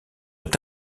est